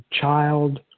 child